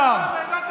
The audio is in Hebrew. המשפטים.